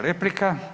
replika.